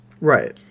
Right